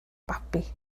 babi